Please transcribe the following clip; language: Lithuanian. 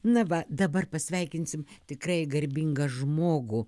na va dabar pasveikinsim tikrai garbingą žmogų